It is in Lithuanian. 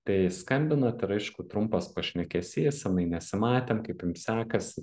tai skambinat ir aišku trumpas pašnekesys senai nesimatėm kaip jum sekasi